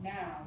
Now